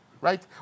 right